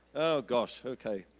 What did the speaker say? gosh, okay.